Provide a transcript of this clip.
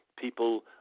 people